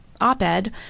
op-ed